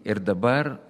ir dabar